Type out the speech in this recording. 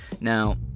Now